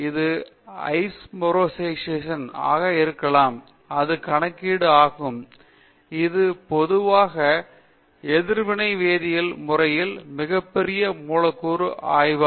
எனவே இது ஐசோஓமரைசேஷன் ஆக இருக்கலாம் இது கணக்கீடு ஆகும் இது பொதுவாக எதிர்வினை வேதியியல் முறையில் மிகப்பெரிய மூலக்கூறுகளான ஆய்வு